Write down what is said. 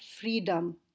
freedom